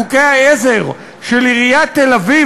חוקי העזר של עיריית תל-אביב,